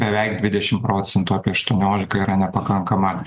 beveik dvidešim procentų apie aštuoniolika yra nepakankama